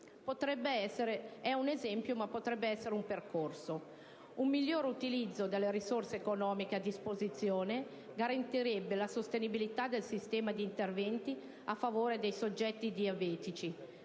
potrebbe diventare un percorso da intraprendere. Un miglior utilizzo delle risorse economiche a disposizione garantirebbe la sostenibilità del sistema di interventi a favore dei soggetti diabetici: